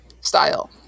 style